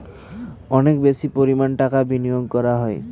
অনেক বেশি পরিমাণ টাকা বিনিয়োগ করা হয়